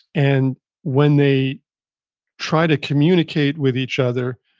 and when they try to communicate with each other,